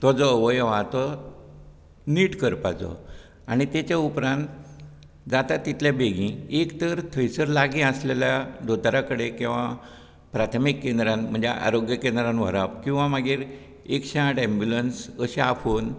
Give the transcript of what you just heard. तो जो अवयव आहा तो नीट करपाचो आनी तेचे उपरांत जाता तितले बेगीन एक तर थंयसर लागीं आसलेल्या दोतोरा कडेन किंवा प्राथमीक केंद्रान म्हणजे आरोग्य केंद्रांत व्हरप किंवा मागीर एकशे आठ एम्बुलंस अशें आपोवन